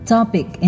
Topic